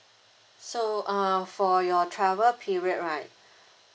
so uh for your travel period right